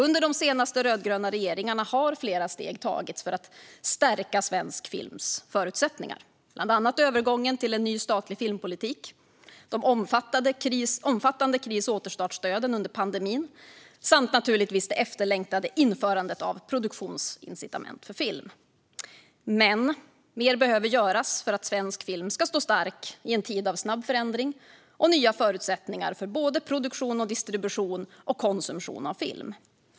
Under de senaste rödgröna regeringarna har flera steg tagits för att stärka svensk films förutsättningar. Jag tänker bland annat på övergången till en ny statlig filmpolitik, de omfattande kris och återstartsstöden under pandemin och det efterlängtade införandet av produktionsincitament för film. Men mer behöver göras för att svensk film ska stå stark i en tid av snabb förändring och nya förutsättningar för såväl produktion och distribution som konsumtion av film.